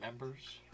members